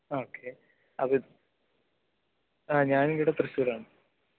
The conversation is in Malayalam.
ഓക്കെ അപ്പോൾ ഇത് ഞാൻ ഇവിടെ തൃശ്ശൂർ ആണ്